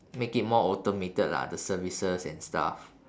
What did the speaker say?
make it more automated lah the services and stuff